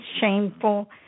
shameful